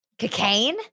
cocaine